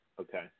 okay